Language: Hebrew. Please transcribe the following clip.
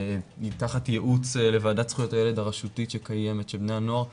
תחת ייעוץ לוועדת זכויות הילד הרשותית של בני הנוער שקיימת.